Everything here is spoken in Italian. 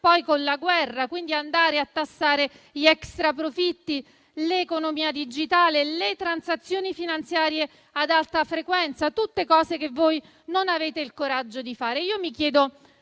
poi con la guerra. Abbiamo proposto di andare a tassare quindi gli extraprofitti, l'economia digitale e le transazioni finanziarie ad alta frequenza, tutte cose che voi non avete il coraggio di fare.